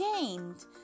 gained